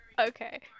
Okay